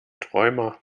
träumer